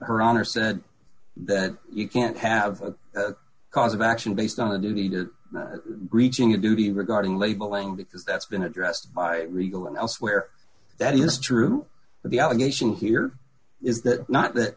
her honor said that you can't have a cause of action based on a duty to reaching a duty regarding labeling because that's been addressed by rio and elsewhere that is true but the allegation here is that not that